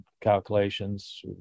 calculations